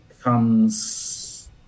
comes